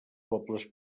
pobles